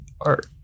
art